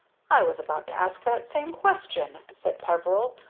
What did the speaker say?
i was about to ask that same question, said peveril.